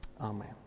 Amen